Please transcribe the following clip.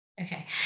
Okay